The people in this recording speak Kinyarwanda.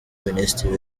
minisitiri